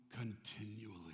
continually